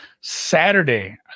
Saturday